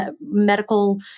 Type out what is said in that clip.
medical